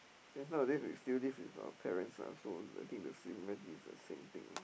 because nowadays we still live with our parents ah so I think the similarity is the same thing ah